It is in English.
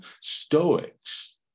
stoics